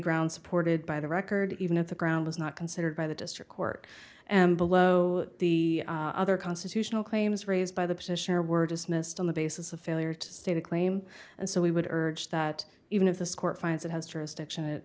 grounds supported by the record even if the ground was not considered by the district court and below the other constitutional claims raised by the petitioner were dismissed on the basis of failure to state a claim and so we would urge that even if this court finds it has jurisdiction it